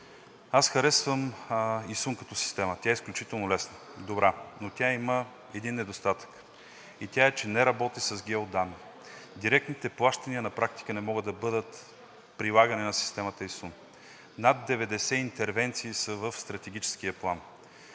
Аз харесвам ИСУН като система, тя е изключително лесна, добра, но има един недостатък и той е, че не работи с геоданни. Директните плащания на практика не могат да бъдат прилагани на системата ИСУН. Над 90 интервенции са в Стратегическия план.